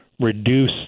reduce